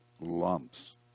lumps